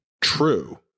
true